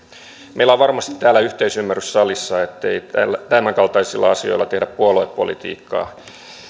meillä on varmasti täällä salissa yhteisymmärrys ettei tämän kaltaisilla asioilla tehdä puoluepolitiikkaa